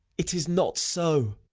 it is not so.